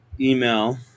email